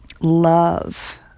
love